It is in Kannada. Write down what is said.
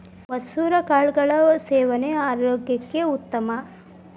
ಮಸುರ ಕಾಳುಗಳ ಸೇವನೆ ಆರೋಗ್ಯಕ್ಕೆ ಉತ್ತಮ